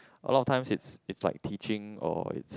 a lot of times it's it's like teaching or it's